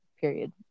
Period